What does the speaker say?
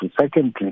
Secondly